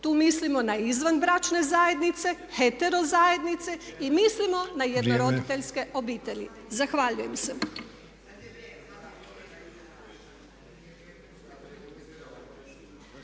Tu mislimo na izvanbračne zajednice, hetero zajednice i mislimo na jednoroditeljske obitelij. Zahvaljujem se.